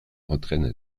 entraîne